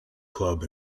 club